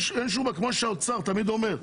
כמו שהאוצר תמיד אומר,